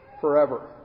forever